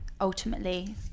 ultimately